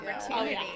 opportunity